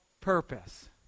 purpose